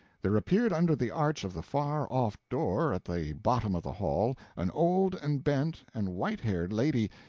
there appeared under the arch of the far-off door at the bottom of the hall an old and bent and white-haired lady,